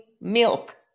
milk